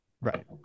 Right